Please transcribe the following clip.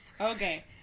Okay